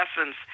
essence